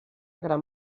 gran